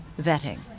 vetting